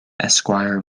esquire